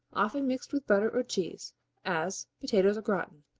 often mixed with butter or cheese as, potatoes au gratin.